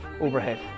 overhead